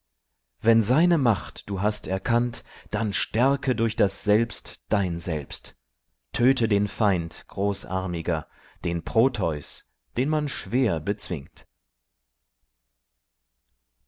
wenn seine macht du hast erkannt dann stärke durch das selbst dein selbst töte den feind großarmiger den proteus den man schwer bezwingt